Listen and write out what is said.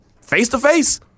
face-to-face